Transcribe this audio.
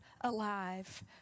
alive